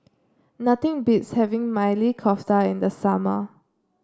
nothing beats having Maili Kofta in the summer